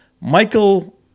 Michael